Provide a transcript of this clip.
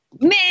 Man